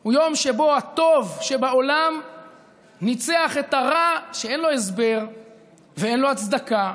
הוא יום שבו הטוב שבעולם ניצח את הרע שאין לו הסבר ואין לו הצדקה,